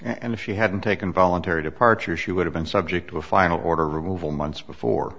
and if she hadn't taken voluntary departure she would have been subject to a final order removal months before